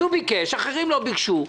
הוא ביקש ואחרים לא ביקשו.